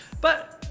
But-